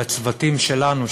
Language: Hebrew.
לצוותים שלנו,